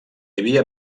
havia